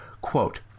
Quote